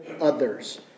others